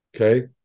okay